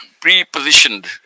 pre-positioned